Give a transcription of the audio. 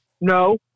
No